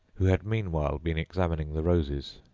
who had meanwhile been examining the roses.